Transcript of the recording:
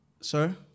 sir